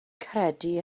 credu